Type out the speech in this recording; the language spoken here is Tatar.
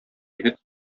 егет